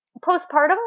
postpartum